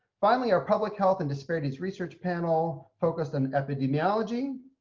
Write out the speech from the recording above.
finally, our public health and disparities research panel focused on epidemiology,